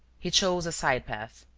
he chose a side path.